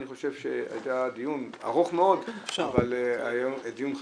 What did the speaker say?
אני חושב שהיה דיון ארוך מאוד, אבל היה דיון חשוב.